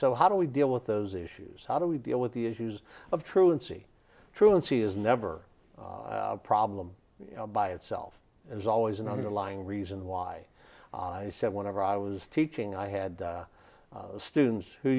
so how do we deal with those issues how do we deal with the issues of truancy truancy is never a problem you know by itself there's always an underlying reason why i said whenever i was teaching i had students who